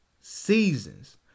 seasons